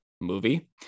movie